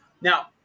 Now